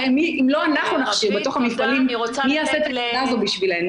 אם לא אנחנו נכשיר בתוך המפעלים מי יעשה את העבודה הזאת בשבילנו?